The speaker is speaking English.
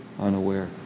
unaware